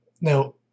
Now